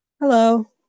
hello